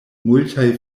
multaj